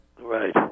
Right